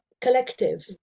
collective